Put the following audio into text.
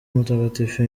mutagatifu